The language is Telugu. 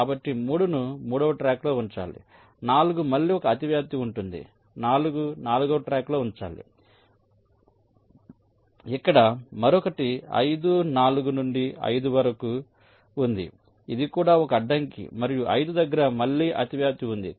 కాబట్టి 3 ను మూడవ ట్రాక్లో ఉంచాలి 4 మళ్ళీ ఒక అతివ్యాప్తి ఉంటుంది 4 నాల్గవ ట్రాక్లో ఉంచాలి ఇక్కడ మరొకటి 5 4 నుండి 5 వరకు ఉంది ఇది కూడా ఒక అడ్డంకి మరియు 5 దగ్గర మళ్ళీ అతివ్యాప్తి ఉంది